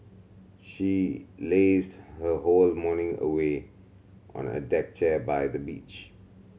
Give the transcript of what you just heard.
she lazed her whole morning away on a deck chair by the beach